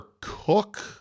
Cook